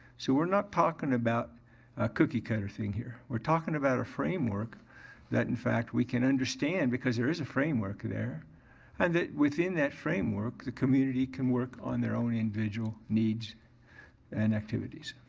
so we're not talking about a cookie cutter thing here. we're talking about a framework that, in fact, we can understand because there is a framework there and that within that framework the community can work on their own individual needs and activities.